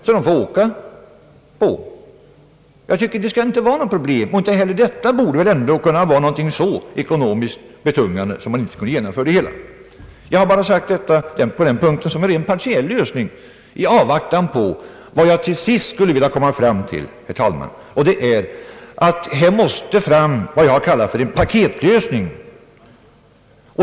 Jag tycker inte att detta bör vara något problem eller så ekonomiskt betungande, att sådana resor inte skulle kunna genomföras. Jag har nämnt detta bara som en partiell lösning i avvaktan på det tredje och sista jag skulle vilja komma fram till, herr talman, och det är vad jag vill kalla en paketlösning.